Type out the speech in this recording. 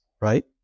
right